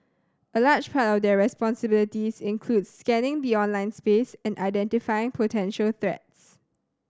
a large part of their responsibilities includes scanning the online space and identify potential threat